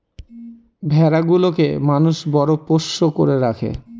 ভেড়া গুলোকে মানুষ বড় পোষ্য করে রাখে